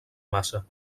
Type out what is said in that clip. massa